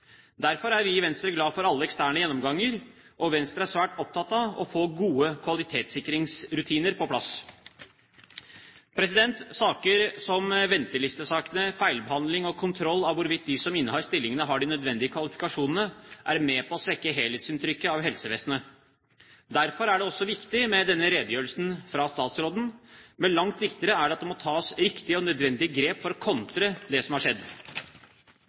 Derfor er vi i Venstre glad for alle eksterne gjennomganger. Venstre er svært opptatt av å få gode kvalitetssikringsrutiner på plass. Saker som ventelistesakene, feilbehandling og kontroll av hvorvidt de som innehar stillingene, har de nødvendige kvalifikasjonene, er med på å svekke helhetsinntrykket av helsevesenet. Derfor er det også viktig med denne redegjørelsen fra statsråden. Men langt viktigere er det at det tas riktige og nødvendige grep for å kontre det som har skjedd.